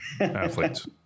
athletes